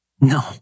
No